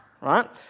right